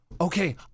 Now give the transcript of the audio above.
Okay